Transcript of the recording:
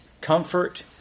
comfort